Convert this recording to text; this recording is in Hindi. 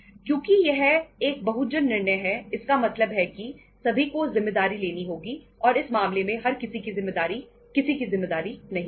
क्योंकि यह एक बहुजन निर्णय है इसका मतलब है कि सभी को जिम्मेदारी लेनी होगी और इस मामले में हर किसी की जिम्मेदारी किसी की जिम्मेदारी नहीं है